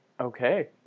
okay